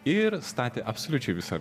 ir statė absoliučiai visą